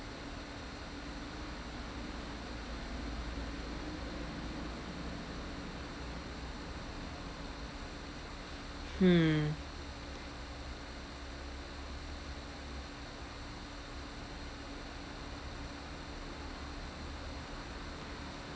hmm